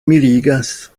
mirigas